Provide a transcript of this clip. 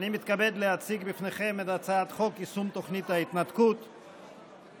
אני מתכבד להציג בפניכם את הצעת חוק יישום תוכנית ההתנתקות (תיקון,